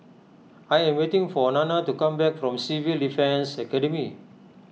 I am waiting for Nanna to come back from Civil Defence Academy